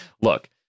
Look